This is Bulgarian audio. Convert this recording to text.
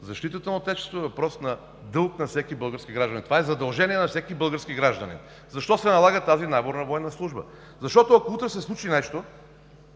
Защитата на Отечеството е въпрос на дълг на всеки български гражданин. Това е задължение на всеки български гражданин! Защо се налага тази наборна военна служба? Защото, ако утре се случи нещо